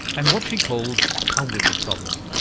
and what she calls a wicked problem.